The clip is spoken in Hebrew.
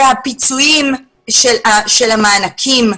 הפיצויים של המענקים,